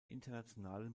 internationalen